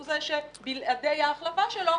הוא זה שבלעדי ההחלפה שלו,